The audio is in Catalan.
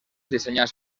dissenyats